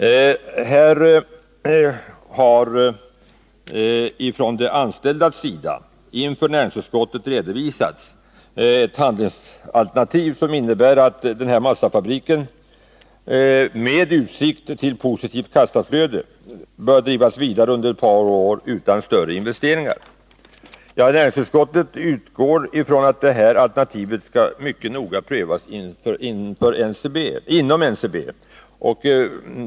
Här har från de anställdas sida inför näringsutskottet redovisats ett handlingsalternativ som innebär att massafabriken, med utsikter till positivt kassaflöde, bör drivas vidare under ett par år utan större investeringar. Näringsutskottet utgår från att det här alternativet skall prövas mycket noga inom NCB.